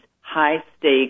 high-stakes